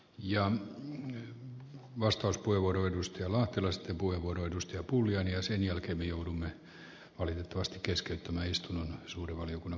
ja vastauspuheenvuoro edusti lahtelaisten puheenvuoro edusta monia ja vaikuttaa myös siihen kun harkitaan sitä vuorotteluvapaalle jäämistä